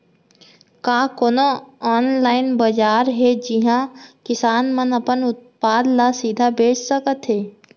का कोनो अनलाइन बाजार हे जिहा किसान मन अपन उत्पाद ला सीधा बेच सकत हे?